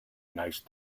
nice